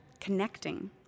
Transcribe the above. connecting